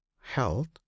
health